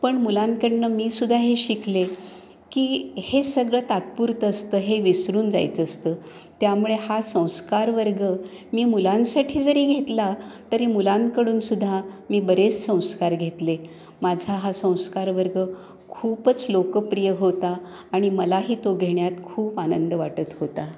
पण मुलांकडनं मीसुद्धा हे शिकले की हे सगळं तात्पुरत असतं हे विसरून जायचं असतं त्यामुळे हा संस्कार वर्ग मी मुलांसाठी जरी घेतला तरी मुलांकडूनसुद्धा मी बरेच संस्कार घेतले माझा हा संस्कार वर्ग खूपच लोकप्रिय होता आणि मलाही तो घेण्यात खूप आनंद वाटत होता